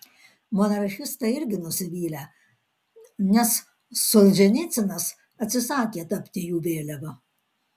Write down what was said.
monarchistai irgi nusivylę nes solženicynas atsisakė tapti jų vėliava